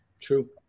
True